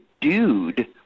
dude